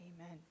Amen